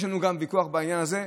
יש לנו גם ויכוח בעניין הזה.